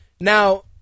Now